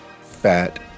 fat